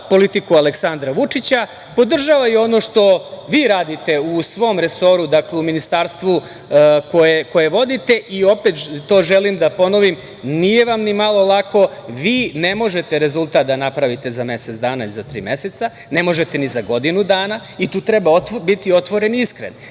politiku Aleksandra Vučić, podržava i ono što vi radite u svom resoru, dakle u Ministarstvu koje vodite. Želim da ponovim, nije vam ni malo lako, vi ne možete rezultat da napravite za mesec dana ili za tri meseca, ne možete ni za godinu dana, i tu treba biti otvoren i iskren.